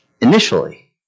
initially